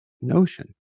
notion